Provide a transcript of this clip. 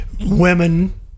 women